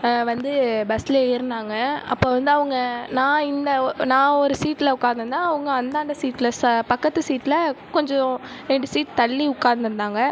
வந்து பஸ்ஸில் ஏறினாங்க அப்போ வந்து அவங்க நான் இந்த நான் ஒரு சீட்டில் உக்கார்ந்து இருந்தேன் அவங்க அந்தாண்ட சீட்டில் பக்கத்து சீட்டில் கொஞ்சம் ரெண்டு சீட்டு தள்ளி உட்காந்துருந்தாங்க